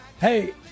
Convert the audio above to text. Hey